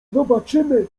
zobaczymy